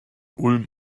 ulm